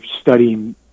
studying